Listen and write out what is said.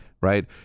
right